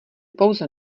pouze